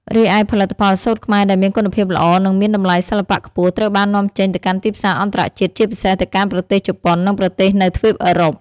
រីឯផលិតផលសូត្រខ្មែរដែលមានគុណភាពល្អ និងមានតម្លៃសិល្បៈខ្ពស់ ត្រូវបាននាំចេញទៅកាន់ទីផ្សារអន្តរជាតិ ជាពិសេសទៅកាន់ប្រទេសជប៉ុន និងប្រទេសនៅទ្វីបអឺរ៉ុប។